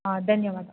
ಹಾಂ ಧನ್ಯವಾದ